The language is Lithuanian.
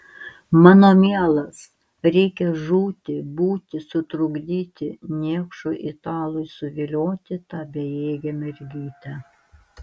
mano mielas reikia žūti būti sutrukdyti niekšui italui suvilioti tą bejėgę mergytę